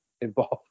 involved